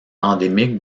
endémique